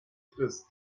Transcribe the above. frist